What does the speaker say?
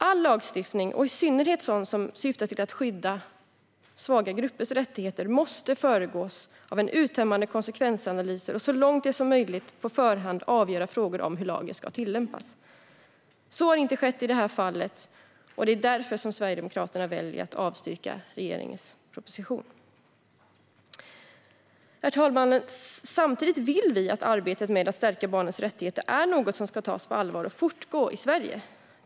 All lagstiftning, i synnerhet sådan som syftar till att skydda svaga gruppers rättigheter, måste föregås av uttömmande konsekvensanalyser och så långt det är möjligt på förhand avgöra frågor om hur lagen ska tillämpas. Så har inte skett i det här fallet, och det är därför Sverigedemokraterna väljer att avstyrka regeringens proposition. Herr talman! Samtidigt vill vi att arbetet med att stärka barnens rättigheter är något som ska tas på allvar och fortgå i Sverige.